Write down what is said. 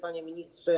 Panie Ministrze!